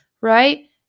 right